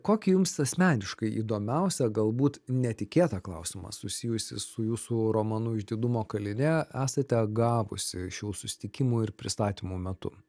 kokį jums asmeniškai įdomiausią galbūt netikėtą klausimą susijusį su jūsų romanu išdidumo kalinė esate gavusi šių susitikimų ir pristatymų metu